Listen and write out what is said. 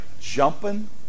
jumping